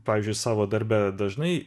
pavyzdžiui savo darbe dažnai